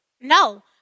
No